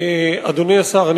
אדוני השר,